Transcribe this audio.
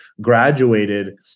graduated